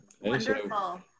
Wonderful